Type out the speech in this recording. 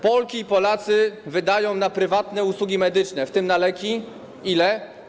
Polki i Polacy wydają na prywatne usługi medyczne, w tym na leki, ile?